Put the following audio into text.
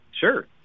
Sure